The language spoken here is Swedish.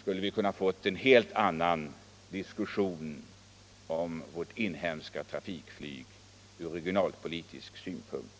Hade vi fått möjligheter att ta upp frågan öm fortsatt trafik på Bromma till utredning och behandling, skulle vi kunnat föra en helt annan diskussion om vårt inhemska trafikflyg från regionalpolitisk synpunkt.